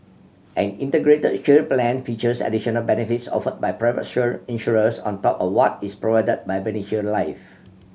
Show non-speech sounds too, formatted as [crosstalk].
an Integrated Shield Plan features additional benefits offered by private [unintelligible] insurers on top of what is provided by MediShield Life